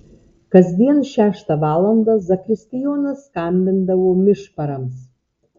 kasdien šeštą valandą zakristijonas skambindavo mišparams